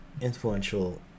influential